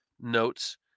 notes